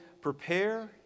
prepare